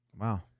wow